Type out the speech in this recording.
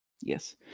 Yes